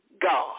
God